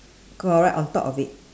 correct on top of it